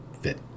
fit